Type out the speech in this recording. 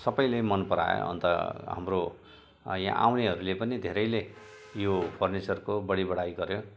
सबैले मन परायो अनि त हाम्रो यहाँ आउनेहरूले पनि धेरैले यो फर्निचरको बढिबढाइ गर्यो